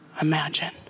imagine